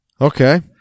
Okay